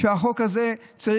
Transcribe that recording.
שהחוק הזה,